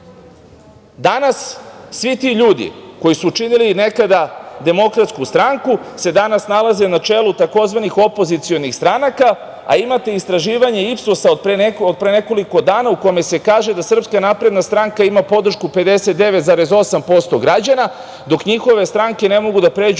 danas svi ti ljudi koji su činili nekada DS se danas nalaze na čelu tzv. opozicionih stranaka, a imate istraživanje IPSOS-a od pre nekoliko dana u kome se kaže da SNS ima podršku 59,8% građana, dok njihove stranke ne mogu da pređu